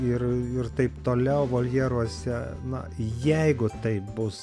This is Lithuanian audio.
ir ir taip toliau voljeruose na jeigu tai bus